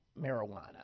marijuana